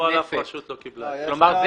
כלומר,